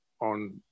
on